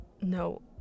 No